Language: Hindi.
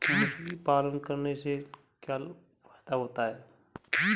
मुर्गी पालन करने से क्या फायदा होता है?